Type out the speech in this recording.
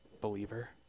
believer